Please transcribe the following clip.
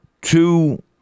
two